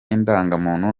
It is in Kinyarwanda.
indangamuntu